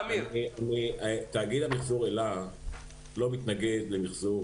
תאגיד המיחזור אל"ה לא מתנגד למיחזור.